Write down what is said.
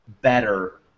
better